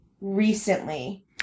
recently